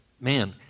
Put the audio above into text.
Man